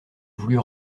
voulût